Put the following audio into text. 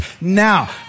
now